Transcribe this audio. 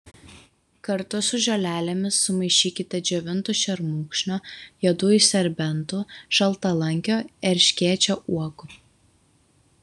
kartu su žolelėmis sumaišykite džiovintų šermukšnio juodųjų serbentų šaltalankio erškėčio uogų